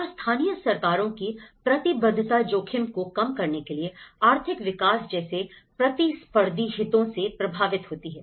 और स्थानीय सरकारों की प्रतिबद्धता जोखिम को कम करने के लिए आर्थिक विकास जैसे प्रतिस्पर्धी हितों से प्रभावित होती है